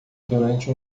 durante